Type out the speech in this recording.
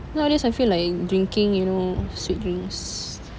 nowadays I feel like drinking you know sweet drinks